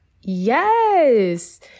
yes